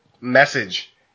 message